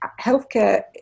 healthcare